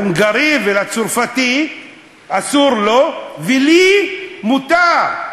להונגרי ולצרפתי אסור ולי מותר?